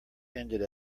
ended